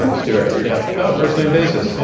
yeah stewart. yeah, no, first name basis. yeah